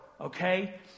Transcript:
okay